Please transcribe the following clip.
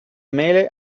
mele